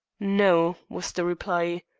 no, was the reply.